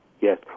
Yes